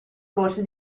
corsi